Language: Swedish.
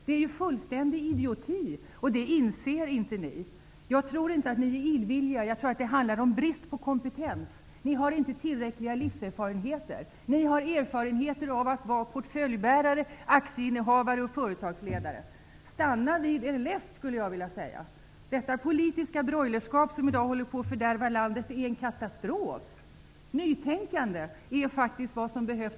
Det är fullständig idioti, men det inser ni inte. Jag tror inte att det handlar om illvilja utan om brist på kompetens. Ni har inte tillräckliga livserfarenheter. Ni har erfarenheter av att vara portföljbärare, aktieinnehavare och företagsledare. Jag skulle vilja säga: Stanna vid er läst! Det politiska broilerskap som nu håller på att fördärva landet är en katastrof. Vad som behövs är nytänkande.